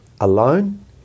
alone